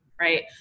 right